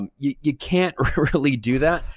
um you you can't really do that.